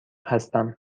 هستم